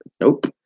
Nope